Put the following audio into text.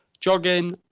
jogging